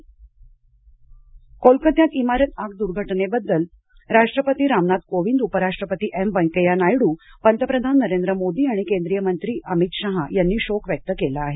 कोलकाता दर्घटना कोलकत्यात इमारत आग दुर्घटने बद्दल राष्ट्रपती रामनाथ कोविंद उपराष्ट्रपती एम व्यंकय्या नायडू पंतप्रधान नरेंद्र मोदी आणि केंद्रीय मंत्री अमित शहा यांनी शोक व्यक्त केला आहे